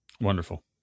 Wonderful